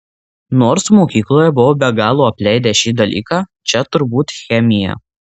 nors mokykloje buvau be galo apleidęs šį dalyką čia turbūt chemija